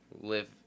Live